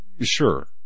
Sure